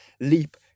leap